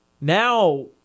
now